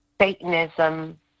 Satanism